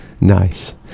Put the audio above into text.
Nice